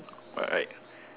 right